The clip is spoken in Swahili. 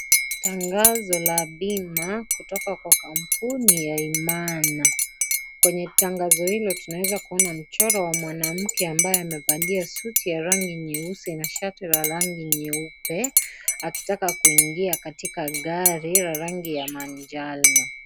Tangazo la bima kutoka kwa kampuni ya Imana kwenye tangazo hilo tunaweza kuona mchoro wa mwanamke ambaye amevalia suti ya rangi nyeusi na shati la rangi nyeupe akitaka kuingia katika gari la rangi ya manjano.